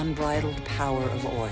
unbridled power o